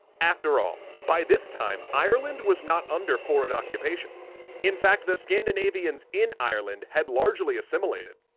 after all by this time, ireland was not under foreign occupation in fact, the scandinavians in ireland had largely assimilated.